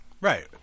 Right